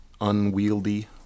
unwieldy